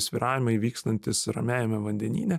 svyravimai vykstantys ramiajame vandenyne